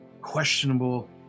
questionable